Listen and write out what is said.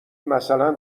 مثلا